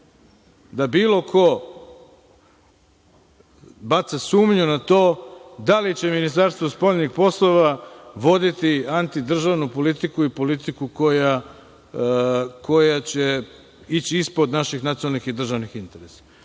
da bilo ko baca sumnju na to da li će Ministarstvo spoljnih poslova voditi anti-državnu politiku i politiku koja će ići ispod naši nacionalnih i državnih interesa.